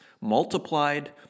multiplied